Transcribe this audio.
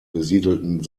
besiedelten